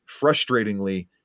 frustratingly